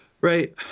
Right